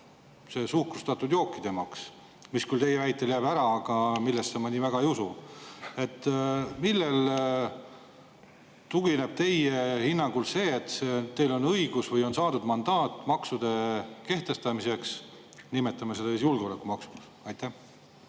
see suhkrustatud jookide maks, mis küll teie väitel jääb ära, millesse ma nii väga ei usu. Millele tugineb teie hinnang, et teil on õigus või on saadud mandaat selle maksu[tõusu] kehtestamiseks, nimetame seda siis julgeolekumaksuks? Aitäh,